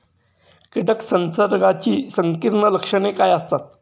कीटक संसर्गाची संकीर्ण लक्षणे काय असतात?